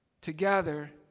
together